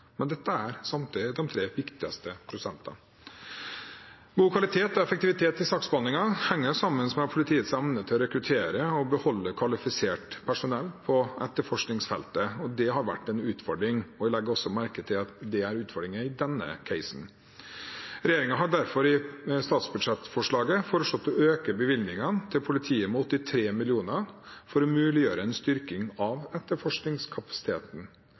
Men dette er samtidig de viktigste tre prosentene. God kvalitet og effektivitet i saksbehandlingen henger sammen med politiets evne til å rekruttere og beholde kvalifisert personell på etterforskningsfeltet. Det har vært en utfordring. Jeg legger merke til at det er utfordringen også i denne casen. Regjeringen har derfor i forslaget til statsbudsjett foreslått å øke bevilgningene til politiet med 83 mill. kr for å muliggjøre en styrking av etterforskningskapasiteten.